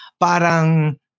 parang